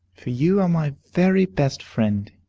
for you are my very best friend.